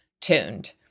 tuned